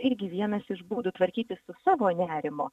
irgi vienas iš būdų tvarkytis su savo nerimu